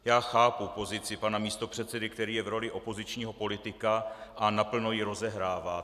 Já chápu pozici pana místopředsedy, který je v roli opozičního politika a naplno ji rozehrává.